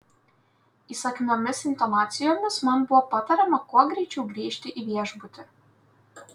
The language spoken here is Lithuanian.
įsakmiomis intonacijomis man buvo patariama kuo greičiau grįžti į viešbutį